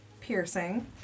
piercing